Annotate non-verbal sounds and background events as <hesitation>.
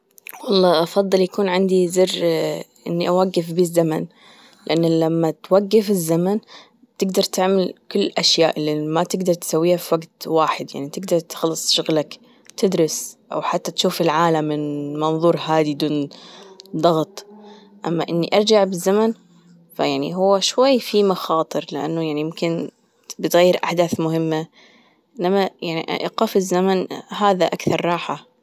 والله أفضل يكون عندي زر <hesitation> إني أوجف به الزمن لأنه لما توجف الزمن تجدر تعمل كل الأشياء اللي ما تجدر تسويها في وقت واحد يعني تقدر تخلص شغلك، تدرس، أو حتى تشوف العالم من منظور هادي دون ضغط <noise> أما إني أرجع بالزمن فيعني هو شوي في مخاطر لأنه يعني يمكن بتغير أحداث مهمة إنما إيقاف الزمن هذا أكثر راحة.